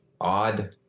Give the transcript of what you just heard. odd